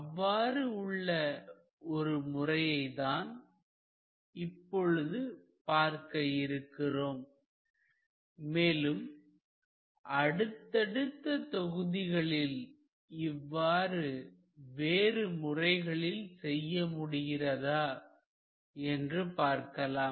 அவ்வாறு உள்ள ஒரு முறையை தான் இப்பொழுது பார்க்க இருக்கிறோம் மேலும் அடுத்தடுத்த தொகுதிகளிலும் இவ்வாறு வேறு முறைகளில் செய்ய முடிகிறதா என்று பார்க்கலாம்